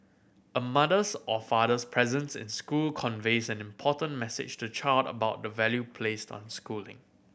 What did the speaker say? a mother's or father's presence in school conveys an important message to child about the value placed on schooling